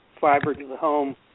fiber-to-the-home